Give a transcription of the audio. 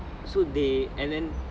so they and then